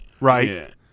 right